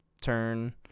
turn